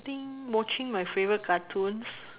I think watching my favourite cartoons